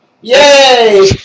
Yay